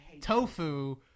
tofu